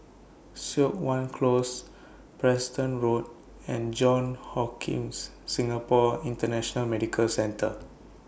Siok Wan Close Preston Road and Johns Hopkins Singapore International Medical Centre